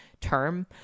term